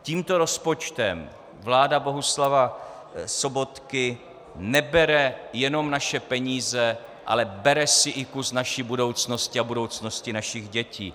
Tímto rozpočtem vlády Bohuslava Sobotky nebere jenom naše peníze, ale bere si i kus naší budoucnosti a budoucnosti našich dětí.